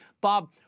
Bob